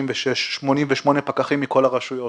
56, 88 פקחים מכל הרשויות?